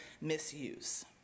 misuse